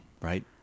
Right